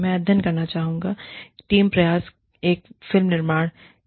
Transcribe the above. मैं अध्ययन करना चाहूंगा टीम प्रयास एक फिल्म के निर्माण में शामिल है